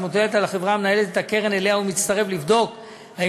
מוטלת על החברה המנהלת את הקרן שאליה הוא מצטרף לבדוק אם